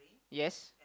yes